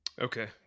Okay